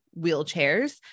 wheelchairs